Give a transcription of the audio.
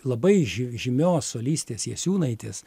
labai žy žymios solistės jasiūnaitės